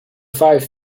five